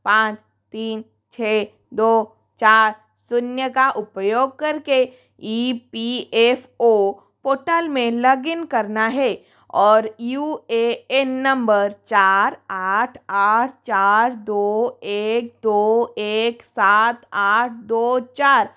पाँच तीन छः दो चार शून्य का उपयोग कर के E P F O portal में लॉगिन करना है और यू ए एन नंबर चार आठ आठ चार दो एक दो एक सात आठ दो चार